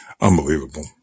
unbelievable